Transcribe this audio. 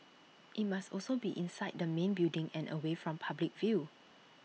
IT must also be inside the main building and away from public view